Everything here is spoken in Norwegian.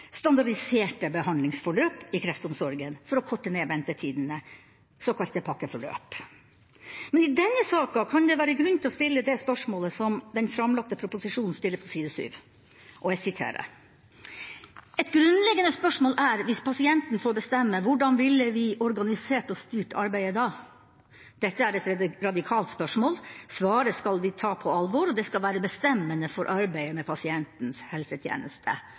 standardiserte behandlingsforløp i kreftomsorgen for å korte ned ventetidene, såkalte pakkeforløp. Men i denne saka kan det være grunn til å stille det spørsmålet som man stiller i den framlagte proposisjonen på side 7: «Et grunnleggende spørsmål er: Hvis pasienten fikk bestemme – hvordan ville vi organisert og styrt arbeidet da? Dette er et radikalt spørsmål. Svaret skal vi ta på alvor – og det skal være bestemmende for arbeidet med pasientens helsetjeneste.»